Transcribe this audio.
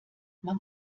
man